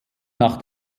nach